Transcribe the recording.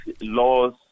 laws